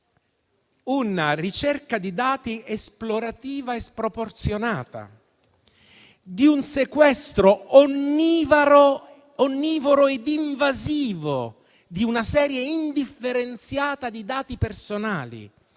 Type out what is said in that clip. una ricerca di dati esplorativa e sproporzionata, di un sequestro onnivoro ed invasivo di una serie indifferenziata di dati personali;